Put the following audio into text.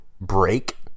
break